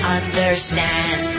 understand